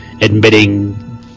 admitting